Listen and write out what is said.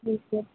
ठीक आहे